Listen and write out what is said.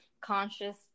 conscious